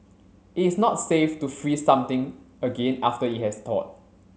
it's not safe to freeze something again after it has thawed